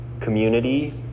Community